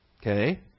Okay